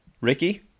Ricky